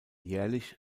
jährlich